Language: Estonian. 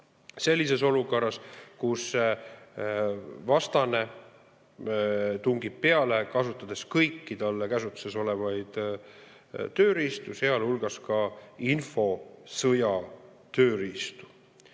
sellises olukorras, kus vastane tungib peale, kasutades kõiki tema käsutuses olevaid tööriistu, sealhulgas infosõja tööriistu.